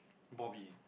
Bobby